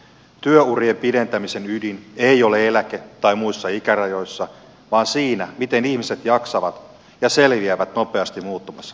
työurien pidentämisen ydin ei ole eläke tai muissa ikärajoissa vaan siinä miten ihmiset jaksavat ja selviävät nopeasti muuttuvassa työelämässä